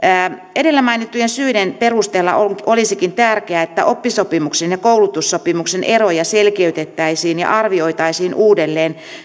edellä mainittujen syiden perusteella olisikin tärkeää että oppisopimuksen ja koulutussopimuksen eroja selkeytettäisiin ja arvioitaisiin uudelleen